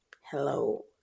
hello